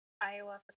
Iowa